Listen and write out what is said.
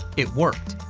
it worked,